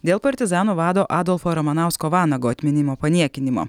dėl partizanų vado adolfo ramanausko vanago atminimo paniekinimo